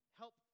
help